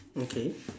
okay